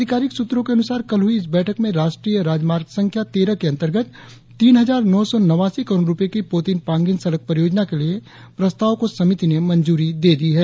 अधिकारी सूत्रों के अनुसार कल हुई इस बैठक में राष्ट्रीय राज मार्ग संख्या तेरह के अंतर्गत तीन हजार नौ सौ नवासी करोड़ रुपये की पोतिन पांगिन सड़क परियोजना के लिए प्रस्ताव को समिति ने मंजूर कर दिया है